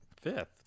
fifth